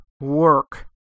work